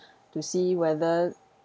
to see whether